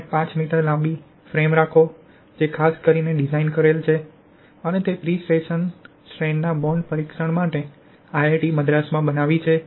5 metre લાંબી frame રાખો જે ખાસ કરીને ડિઝાઇન કરેલ છે અને તે પ્રીટેન્શન સ્ટ્રેન્ડ ના બોન્ડ પરીક્ષણ માટે આઇઆઇટી મદ્રાસ માં બનાવી છે